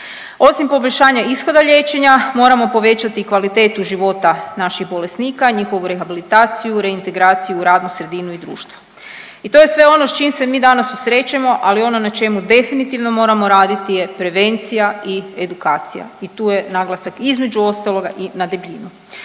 Osim poboljšanja ishoda liječenja moramo povećati i kvalitetu života naših bolesnika, njihovu rehabilitaciju, reintegraciju u radnu sredinu i društvo i to je sve ono s čim se mi danas susrećemo, ali ono na čemu definitivno moramo raditi je prevencija i edukacija i tu je naglasak između ostaloga i na debljinu.